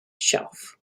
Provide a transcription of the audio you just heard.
shelf